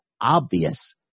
obvious